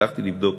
הלכתי לבדוק